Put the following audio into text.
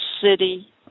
city